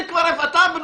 זה